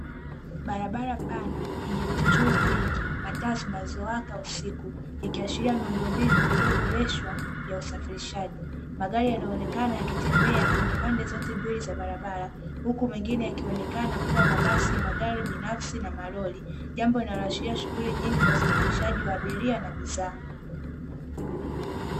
Barabara pana yenye vichochoro vingi na taa zinazowaka usiku ikiashiria miundombinu ilioboreshwa ya usafirishaji, magari yanayoonekana yakitembea kwenye pande zote mbili za barabara huku mengine yakionekana kuwa mabasi, magari binafsi na malori jambo linaloashiria shughuli nyingi za usafirishaji wa abiria na bidhaa.